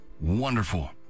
wonderful